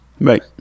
Right